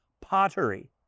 Pottery